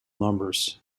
numbers